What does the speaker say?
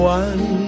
one